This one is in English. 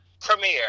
premiere